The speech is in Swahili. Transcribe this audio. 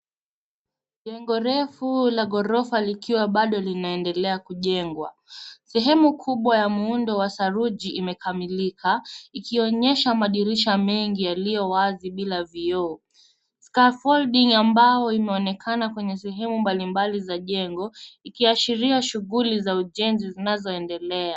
Jengo refu la gorofa likiwa bado linaendelea kujengwa sehemu kubwa ya muundo wa saruji imekamilika ikionyesha madirisha mengi yaliyo wazi bila vioo. Scafolding ambayo inaonekana kwenye sehemu mbali mbali za jengo ikiashiria shughuli za ujenzi zinazoendelea.